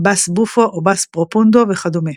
בס בופו או בס פרופונדו וכדומה.